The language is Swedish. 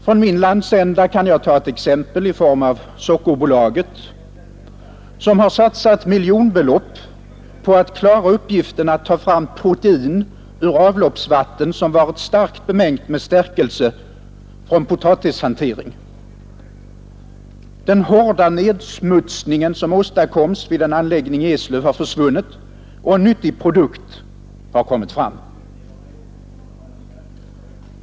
Från min landsända kan jag ta ett exempel i form av Sockerbolaget, som har satsat miljonbelopp på att klara uppgiften att ta fram protein ur avloppsvatten, som varit starkt bemängt med stärkelse från potatishanteringen. Den hårda nedsmutsning, som åstadkoms vid en anläggning i Eslöv, har försvunnit och en nyttig produkt har kommit fram.